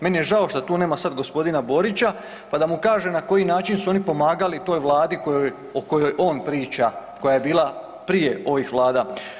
Meni je žao što tu nema sad g. Borića pa da mu kažem na koji način su oni pomagali toj Vladi o kojoj on priča, koja je bila prije ovih Vlada.